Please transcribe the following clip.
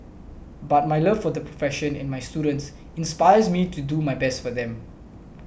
but my love for the profession and my students inspires me to do my best for them